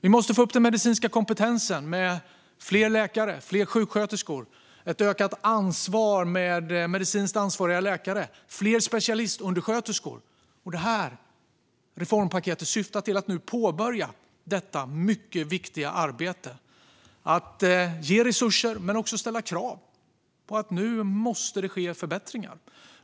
Vi måste också få upp den medicinska kompetensen - fler läkare, fler sjuksköterskor och medicinskt ansvariga läkare. Det behövs fler specialistundersköterskor. Detta reformpaket syftar till att nu påbörja detta mycket viktiga arbete. Det handlar om att ge resurser men också om att ställa krav: Nu måste det ske förbättringar.